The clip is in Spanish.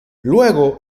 luego